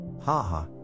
Haha